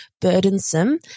burdensome